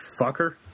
fucker